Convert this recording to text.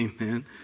Amen